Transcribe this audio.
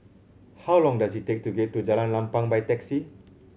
how long does it take to get to Jalan Lapang by taxi